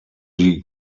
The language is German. die